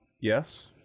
Yes